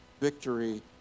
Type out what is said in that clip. victory